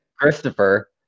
Christopher